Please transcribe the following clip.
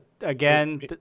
again